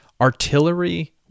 Artillery